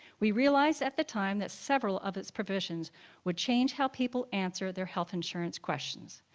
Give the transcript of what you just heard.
we realized at the time that several of its provisions would change how people answered their health insurance questions.